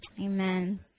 amen